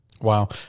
Wow